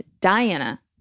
Diana